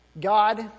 God